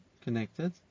connected